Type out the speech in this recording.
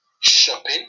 shopping